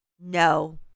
no